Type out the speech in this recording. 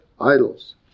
idols